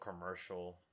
commercial